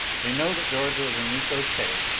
they know that george was in miko's pay,